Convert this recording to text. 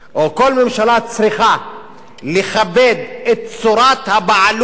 או כל ממשלה צריכה לכבד את צורת הבעלות